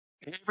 Hey